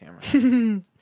camera